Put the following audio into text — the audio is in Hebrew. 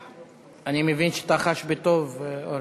אני מבין שאתה חש בטוב, אורן.